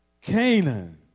Canaan